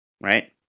Right